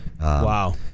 Wow